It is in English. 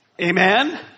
Amen